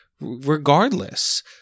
regardless